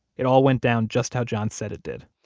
it all went down just how john said it did